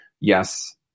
yes